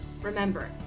Remember